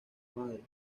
madre